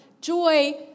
joy